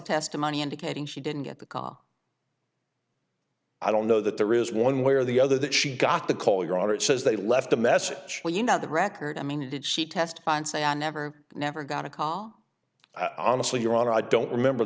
testimony indicating she didn't get the call i don't know that there is one way or the other that she got the call your audit says they left a message well you know the record i mean did she test on say i never never got a call honestly your honor i don't remember